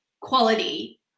quality